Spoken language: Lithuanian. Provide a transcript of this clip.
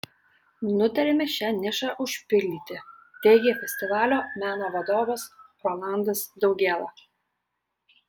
nutarėme šią nišą užpildyti teigė festivalio meno vadovas rolandas daugėla